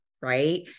right